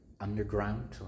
Underground